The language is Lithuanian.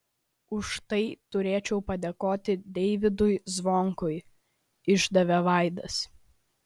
už tai turėčiau padėkoti deivydui zvonkui išdavė vaidas